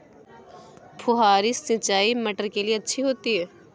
फुहारी सिंचाई मटर के लिए अच्छी होती है?